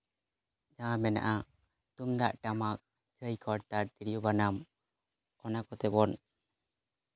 ᱡᱟᱦᱟᱸ ᱢᱮᱱᱟᱜᱼᱟ ᱛᱩᱢᱫᱟᱜ ᱴᱟᱢᱟᱠ ᱡᱷᱟᱹᱭ ᱠᱚᱨᱛᱟᱞ ᱛᱤᱨᱭᱳ ᱵᱟᱱᱟᱢ ᱚᱱᱟ ᱠᱚᱛᱮ ᱵᱚᱱ